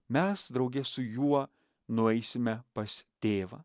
mes drauge su juo nueisime pas tėvą